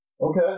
Okay